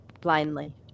blindly